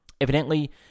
Evidently